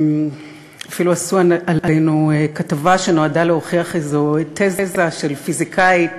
אפילו עשו עלינו כתבה שנועדה להוכיח איזו תזה של פיזיקאית,